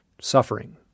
suffering